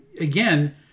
again